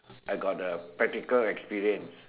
I got a practical experience